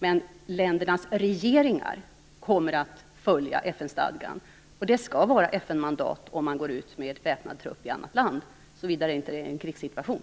Men ländernas regeringar kommer att följa FN-stadgan. Det skall vara FN-mandat för att kunna gå ut med väpnad trupp i annat land, såvida det inte är en krigssituation.